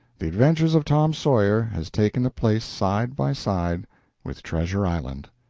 the adventures of tom sawyer has taken a place side by side with treasure island.